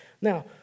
Now